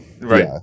Right